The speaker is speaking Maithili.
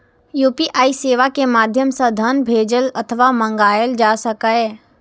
यू.पी.आई सेवा के माध्यम सं धन भेजल अथवा मंगाएल जा सकैए